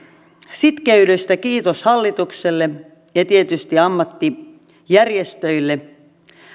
sitkeydestä kiitos hallitukselle ja tietysti ammattijärjestöille